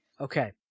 Okay